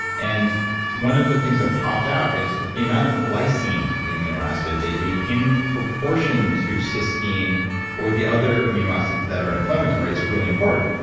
and one of the things that popped out is like the amount of glycine, the amino acid that you eat in proportion to cystine or the other amino acids that are inflammatory is really important.